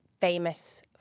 famous